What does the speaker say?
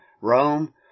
Rome